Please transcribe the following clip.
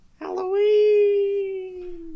Halloween